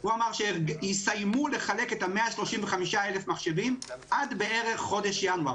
הוא אמר שהם יסיימו לחלק את ה-135,000 מחשבים עד בערך חודש ינואר,